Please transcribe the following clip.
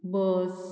bus